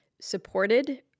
supported